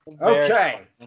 Okay